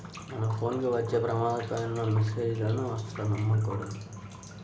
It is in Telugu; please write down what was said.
మన ఫోన్ కి వచ్చే ప్రమాదకరమైన మెస్సేజులను అస్సలు నమ్మకూడదు